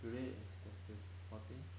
today is the fifth fourteen